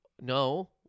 no